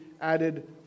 added